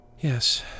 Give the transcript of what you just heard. Yes